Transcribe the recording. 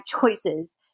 choices